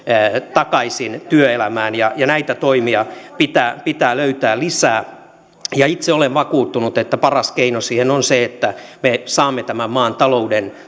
takaisin työelämään näitä toimia pitää pitää löytää lisää ja itse olen vakuuttunut että paras keino siihen on se että kun me saamme tämän maan talouden